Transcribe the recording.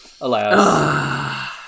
alas